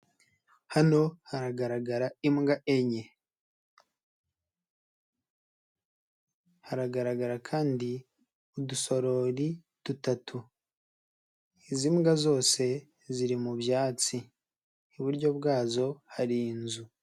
Hano haragaragara imbwa enye, haragaragara kandi udusorori dutatu, izi mbwa zose ziri mu byatsi, iburyo bwazo hari inzu.